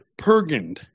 Pergand